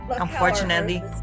Unfortunately